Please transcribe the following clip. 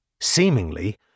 Seemingly